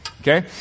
okay